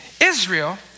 Israel